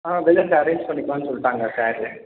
ஆ வெளியில் அரேஞ்ச் பண்ணிக்கலாம்னு சொல்லிவிட்டாங்க சாரு